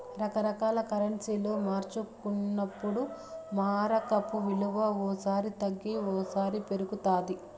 రకరకాల కరెన్సీలు మార్చుకున్నప్పుడు మారకపు విలువ ఓ సారి తగ్గి ఓసారి పెరుగుతాది